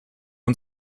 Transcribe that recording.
und